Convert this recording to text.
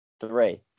Three